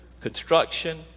construction